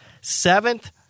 Seventh